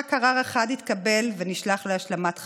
רק ערר אחד התקבל ונשלח להשלמת חקירה,